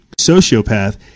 sociopath